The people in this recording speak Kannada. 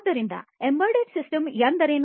ಆದ್ದರಿಂದ ಎಂಬೆಡೆಡ್ ಸಿಸ್ಟಮ್ ಎಂದರೇನು